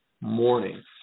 morning